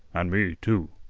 and me, too.